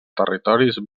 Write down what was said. territoris